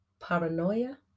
paranoia